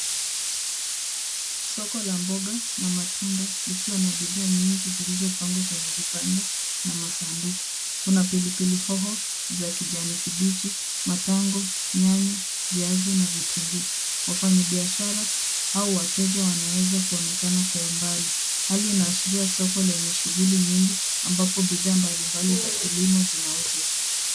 Soko la mboga na matunda likiwa na bidhaa nyingi zilizopangwa kwenye vipando na masanduku. Kuna pilipili hoho za kijani kibichi, matango, nyanya, viazi na vitunguu. Wafanyabiashara au wateja wanaoweza kuonekanakwa kwa mbali. Hali inashiria soko lenye shughuli nyingi ambapo bidhaa mbalimbali za kilimo zinauzwa.